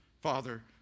Father